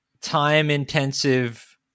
time-intensive